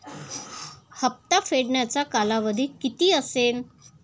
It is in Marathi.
हप्ता फेडण्याचा कालावधी किती असेल?